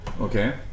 Okay